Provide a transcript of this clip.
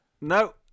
No